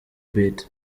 bit